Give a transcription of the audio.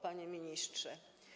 Panie Ministrze!